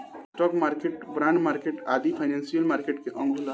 stock market, bond market आदि financial market के अंग होला